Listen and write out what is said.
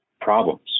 problems